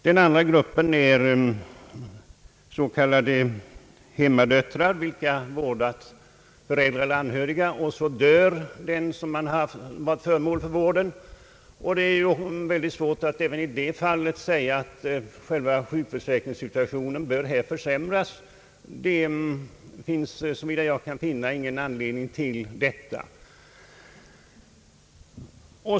Den andra gruppen är s.k. hemmadöttrar, vilka vårdat föräldrar eller andra anhöriga. Det är svårt att säga, att sjukförsäkringssituationen bör försämras när den som varit föremål för vården dör. Det finns såvitt jag kan se ingen anledning till detta.